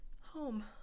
home